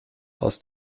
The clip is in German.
aus